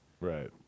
Right